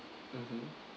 mmhmm